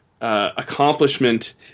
accomplishment